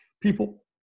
People